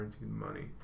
money